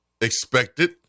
expected